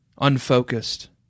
unfocused